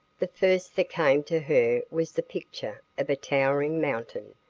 the first that came to her was the picture of a towering mountain,